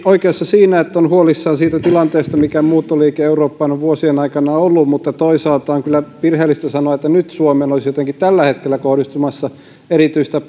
oikeassa siinä että on huolissaan siitä tilanteesta mikä muuttoliike eurooppaan on vuosien aikana ollut mutta toisaalta on kyllä virheellistä sanoa että nyt suomeen olisi tällä hetkellä kohdistumassa jotenkin erityistä